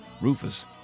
Rufus